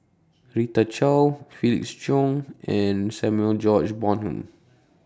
Rita Chao Felix Cheong and Samuel George Bonham